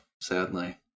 Sadly